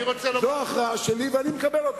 זאת ההכרעה שלי, ואני מקבל אותה.